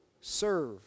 serve